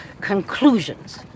conclusions